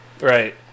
Right